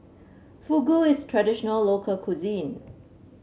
fugu is traditional local cuisine